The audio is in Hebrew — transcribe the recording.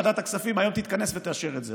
ועדת הכספים היום תתכנס ותאשר את זה,